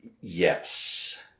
Yes